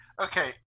Okay